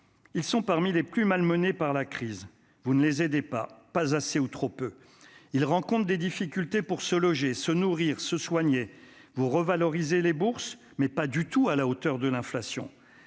sont les plus malmenés par la crise : vous ne les aidez pas, pas assez ou trop peu ... Ils rencontrent des difficultés pour se loger, se nourrir et se soigner. Vous revalorisez les bourses, mais pas à la hauteur de l'inflation.